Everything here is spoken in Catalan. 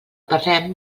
parlem